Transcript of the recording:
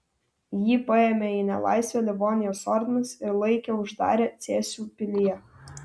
jį paėmė į nelaisvę livonijos ordinas ir laikė uždarę cėsių pilyje